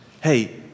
Hey